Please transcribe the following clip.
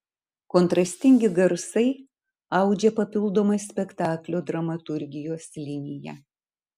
kontrastingi garsai audžia papildomą spektaklio dramaturgijos liniją